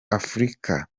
afurika